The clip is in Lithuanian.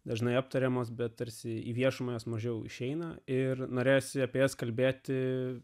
dažnai aptariamos bet tarsi į viešumą jos mažiau išeina ir norėjosi apie jas kalbėti